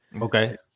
okay